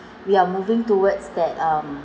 we are moving towards that um